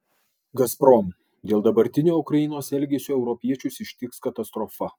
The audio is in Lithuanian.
gazprom dėl dabartinio ukrainos elgesio europiečius ištiks katastrofa